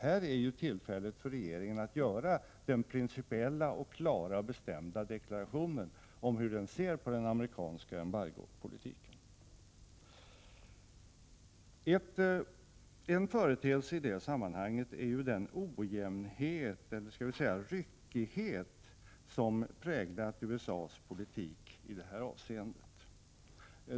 Här är tillfället för regeringen att göra en principiell och bestämd deklaration om hur den ser på den amerikanska embargopolitiken. En företeelse i detta sammanhang är den ojämnhet eller ryckighet som har präglat USA:s politik i detta avseende.